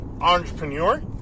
entrepreneur